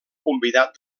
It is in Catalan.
convidat